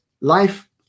life